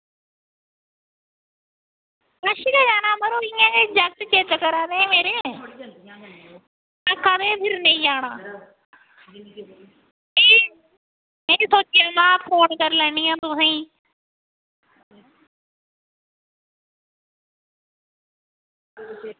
कुछ निं लैना मड़ो अंयै घर जागत जिद्द करा दे हे आक्खा दे हे फिरनै गी जाना ते भी में हा फोन करी लैनी आं तुसेंगी